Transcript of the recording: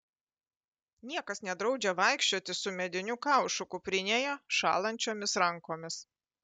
niekas nedraudžia vaikščioti su mediniu kaušu kuprinėje šąlančiomis rankomis